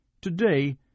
Today